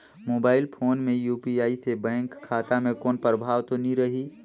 Mobile phone मे UPI से bank खाता मे कोनो प्रभाव तो नइ रही?